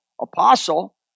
apostle